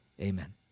Amen